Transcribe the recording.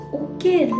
okay